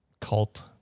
cult